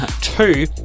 Two